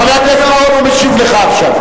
חבר הכנסת בר-און, הוא משיב לך עכשיו.